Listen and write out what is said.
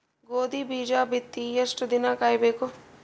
ಗೋಧಿ ಬೀಜ ಬಿತ್ತಿ ಎಷ್ಟು ದಿನ ಕಾಯಿಬೇಕು?